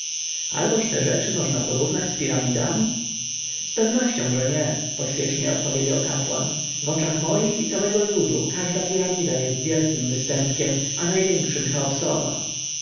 alboż te rzeczy można porównać z piramidami z pewnością że nie śpiesznie odpowiedział kapłan w oczach moich i całego ludu każda piramida jest wielkim występkiem a największym cheopsowa